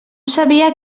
sabia